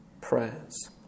prayers